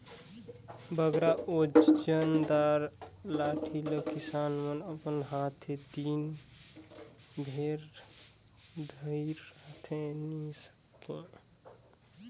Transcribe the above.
बगरा ओजन दार लाठी ल किसान मन अपन हाथे दिन भेर धइर रहें नी सके